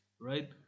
right